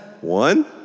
one